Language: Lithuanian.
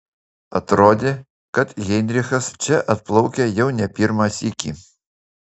atrodė kad heinrichas čia atplaukia jau ne pirmą sykį